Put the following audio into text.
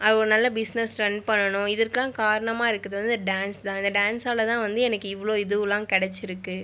ஒரு நல்ல business run பண்ணணும் இதற்கெலாம் காரணமாக இருக்கிறது வந்து டான்ஸ் தான் இந்த டான்ஸால் தான் வந்து எனக்கு இவ்வளோ இதுவெலாம் கிடச்சிருக்கு